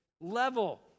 level